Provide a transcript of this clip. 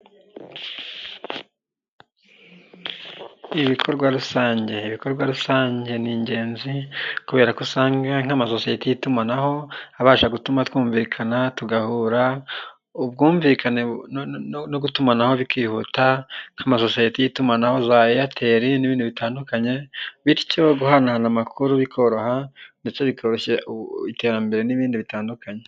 Ibikorwa rusange. Ibikorwa rusange ni ingenzi kubera ko usanga nk'amasosiyete y'itumanaho abasha gutuma twumvikana tugahura, ubwumvikane no gutumanaho bikihuta, nk'amasosiyete y'itumanaho za Airtel n'ibindi bitandukanye bityo guhanahana amakuru bikoroha ndetse bikoroshya iterambere n'ibindi bitandukanye.